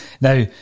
Now